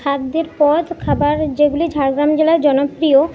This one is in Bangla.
খাদ্যের পদ খাবার যেগুলি ঝাড়গ্রাম জেলায় জনপ্রিয়